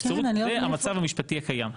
נבצרות היא המצב המשפטי הקיים.